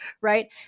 right